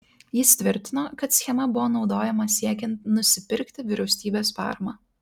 jis tvirtino kad schema buvo naudojama siekiant nusipirkti vyriausybės paramą